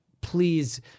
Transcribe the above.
please